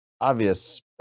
obvious